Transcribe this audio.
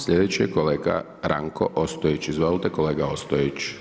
Slijedeći je kolega Ranko Ostojić, izvolte kolega Ostojić.